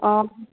অঁ